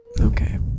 okay